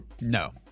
No